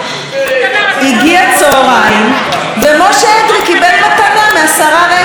קיבל מתנה מהשרה רגב 20 מיליון שקלים.